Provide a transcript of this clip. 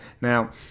Now